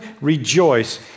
rejoice